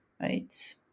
right